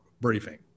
briefing